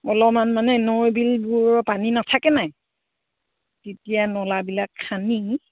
অলপমান মানে নৈ বিলবোৰৰ পানী নাথাকে নাই তেতিয়া নলাবিলাক খান্দি